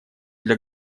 для